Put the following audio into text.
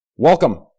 Welcome